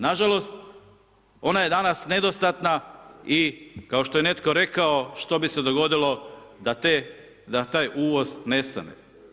Nažalost, ona je danas nedostatna i kao što je netko rekao, što bi se dogodilo da te, da taj uvoz nestane.